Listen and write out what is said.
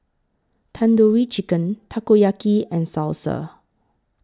Tandoori Chicken Takoyaki and Salsa